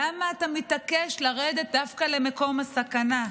למה אתה מתעקש לרדת דווקא למקום הסכנה?